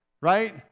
right